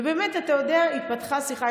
ובאמת, אתה יודע, התפתחה שיחה.